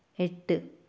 എട്ട്